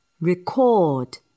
Record